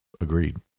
Agreed